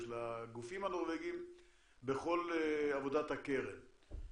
או של הגופים הנורבגים בכל עבודת הקרן.